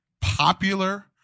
popular